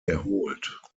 erholt